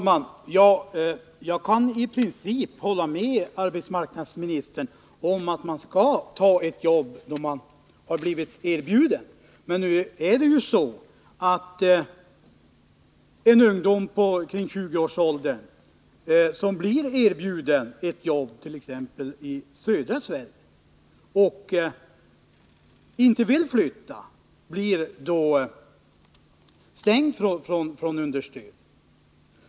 Herr talman! Jag kan i princip hålla med arbetsmarknadsministern om att man skall ta ett jobb som man blivit erbjuden. Men nu är det ju så att om en ung människa i 20-årsåldern blir erbjuden ett jobb t.ex. i södra Sverige och inte vill flytta, så blir han eller hon avstängd från understöd.